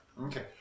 okay